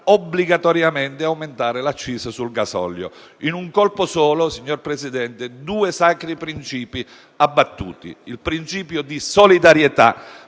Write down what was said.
obbligatoriamente aumentare l'accise sul gasolio. In un colpo solo, signor Presidente, due sacri principi sono abbattuti: il principio di solidarietà